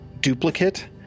duplicate